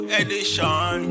edition